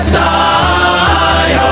die